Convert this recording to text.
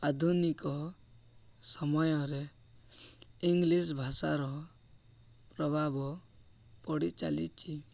ଆଧୁନିକ ସମୟରେ ଇଂଲିଶ ଭାଷାର ପ୍ରଭାବ ପଡ଼ିଚାଲିଛି